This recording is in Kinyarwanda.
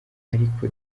ariko